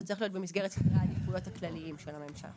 זה צריך להיות במסגרת סדרי העדיפויות הכלליים של הממשלה.